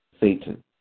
Satan